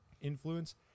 influence